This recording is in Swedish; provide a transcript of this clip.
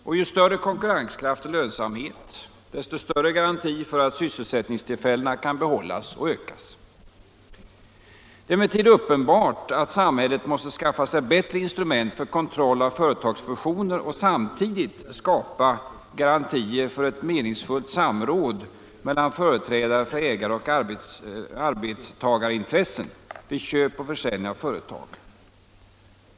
Och ju större konkurrenskraft och lönsamhet, desto större garanti för att sysselsättningstillfällena kan behållas och ökas. Det är emellertid uppenbart att samhället måste skaffa sig bättre instrument för kontroll av företagsfusioner och samtidigt skapa garantier för ett meningsfullt samråd mellan företrädare för ägar och arbetstagarintressen vid köp och försäljning av företag.